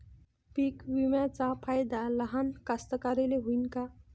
पीक विम्याचा फायदा लहान कास्तकाराइले होईन का?